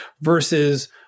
versus